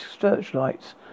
searchlights